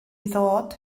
ddod